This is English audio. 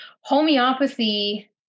homeopathy